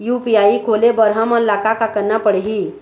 UPI खोले बर हमन ला का का करना पड़ही?